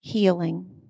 healing